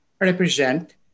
represent